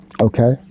okay